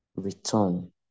return